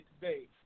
Today